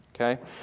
Okay